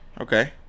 okay